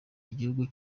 igihugu